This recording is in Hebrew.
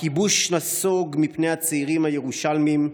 הכיבוש נסוג מפני הצעירים הירושלמים.